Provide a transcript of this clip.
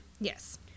Yes